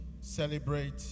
celebrate